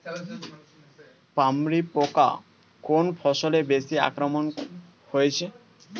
পামরি পোকা কোন ফসলে বেশি আক্রমণ হয়েছে?